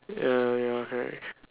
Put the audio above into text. ya ya correct